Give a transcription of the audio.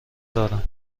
دارم